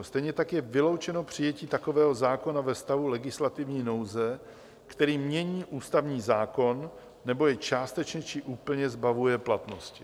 Stejně tak je vyloučeno přijetí takového zákona ve stavu legislativní nouze, který mění ústavní zákon nebo jej částečně či úplně zbavuje platnosti.